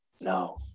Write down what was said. No